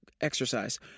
exercise